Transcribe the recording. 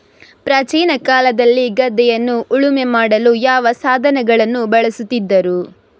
ಪ್ರಾಚೀನ ಕಾಲದಲ್ಲಿ ಗದ್ದೆಯನ್ನು ಉಳುಮೆ ಮಾಡಲು ಯಾವ ಸಾಧನಗಳನ್ನು ಬಳಸುತ್ತಿದ್ದರು?